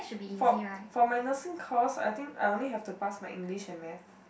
for for my nursing course I think I only have to pass my English and math